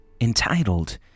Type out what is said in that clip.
entitled